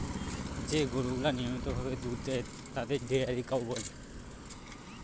যে গরুগুলা নিয়মিত ভাবে দুধ দেয় তাদের ডেয়ারি কাউ বলে